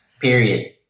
Period